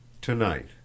TONIGHT